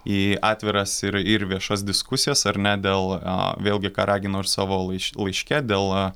į atviras ir ir viešas diskusijas ar ne dėl vėlgi ką raginau savo laišk laiške dėl